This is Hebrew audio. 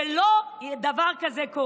כשלא קורה דבר כזה.